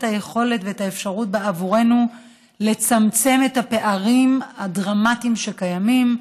היכולת ואת האפשרות בעבורנו לצמצם את הפערים הדרמטיים שקיימים.